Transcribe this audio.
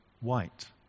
white